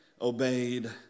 obeyed